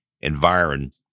environment